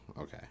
okay